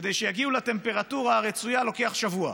כדי שיגיעו לטמפרטורה הרצויה, לוקח שבוע,